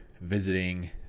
visiting